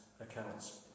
accounts